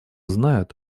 знают